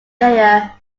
player